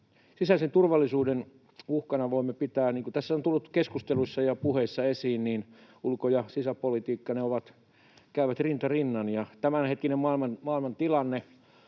Sisäisen turvallisuuden uhkana voimme pitää... Niin kuin tässä on tullut keskusteluissa ja puheissa esiin, ulko- ja sisäpolitiikka käyvät rinta rinnan, ja tämänhetkinen maailmantilanne